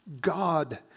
God